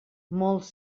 molts